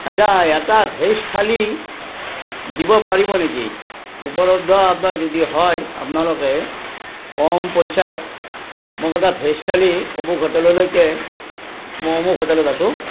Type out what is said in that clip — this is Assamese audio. আচ্ছা এটা ভেজ থালী দিব পাৰিব নেকি উপলব্ধ আপোনাৰ যদি হয় আপোনালোকে কম পইচাত মোক এটা ভেজ থালী অমোক হোটেললৈকে মই অমোক হোটেলত আছোঁ